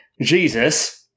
Jesus